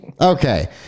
Okay